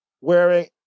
wearing